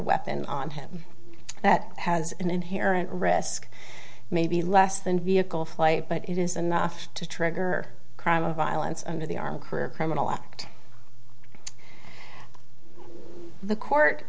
weapon on him that has an inherent risk maybe less than vehicle flight but it is enough to trigger crime of violence under the arm career criminal act the court